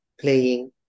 playing